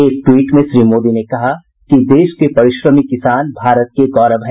एक ट्वीट में श्री मोदी ने कहा है कि देश के परिश्रमी किसान भारत के गौरव हैं